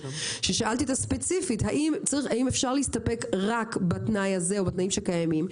ששאלתי אותה ספציפית האם אפשר להסתפק רק בתנאי הזה או בתנאים שקיימים,